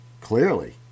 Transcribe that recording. Clearly